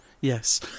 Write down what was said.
yes